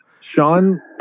Sean